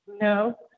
no